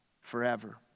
forever